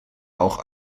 auch